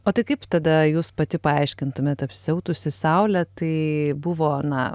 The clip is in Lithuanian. o tai kaip tada jūs pati paaiškintumėt apsisiautusi saule tai buvo na